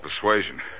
persuasion